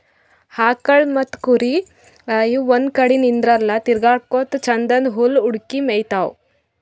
ಆಕಳ್ ಮತ್ತ್ ಕುರಿ ಇವ್ ಒಂದ್ ಕಡಿ ನಿಂದ್ರಲ್ಲಾ ತಿರ್ಗಾಡಕೋತ್ ಛಂದನ್ದ್ ಹುಲ್ಲ್ ಹುಡುಕಿ ಮೇಯ್ತಾವ್